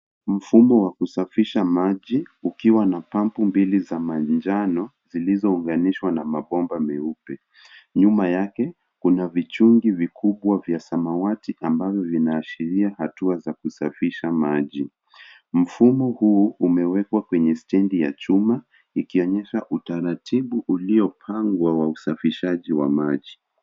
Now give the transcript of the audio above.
Mfumo wa kusafisha maji ukiwa na pampu mbili za manjano zilizounganishwa na mabomba meupe. Nyuma yake kuna vichungi vikubwa vya samawati ambavyo vinaashiria hatua za kusafisha maji. Mfumo huu umewekwa kwenye stendi ya chuma ikionyesha utaratibu uliopangwa wa usafishaji wa maji.